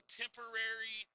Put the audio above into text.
temporary